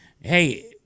hey